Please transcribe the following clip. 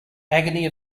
agony